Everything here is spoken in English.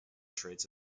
traits